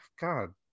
God